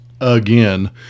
again